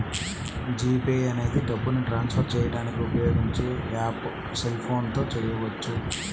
G pay అనేది డబ్బుని transfer చేయడానికి ఉపయోగించే యాప్పు సెల్ ఫోన్ తో చేయవచ్చు